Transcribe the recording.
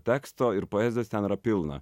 teksto ir poezijos ten yra pilna